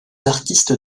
artistes